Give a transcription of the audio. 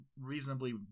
reasonably